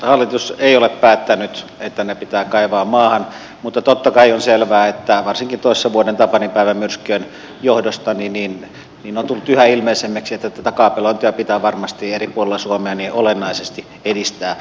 hallitus ei ole päättänyt että ne pitää kaivaa maahan mutta totta kai on selvää että varsinkin toissavuoden tapaninpäivän myrskyjen johdosta on tullut yhä ilmeisemmäksi että tätä kaapelointia pitää varmasti eri puolilla suomea olennaisesti edistää